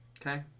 Okay